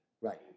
Right